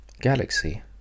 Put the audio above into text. galaxy